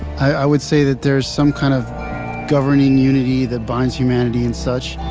i would say that there's some kind of governing unity that binds humanity and such,